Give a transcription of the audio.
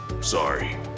Sorry